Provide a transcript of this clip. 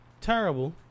terrible